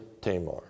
Tamar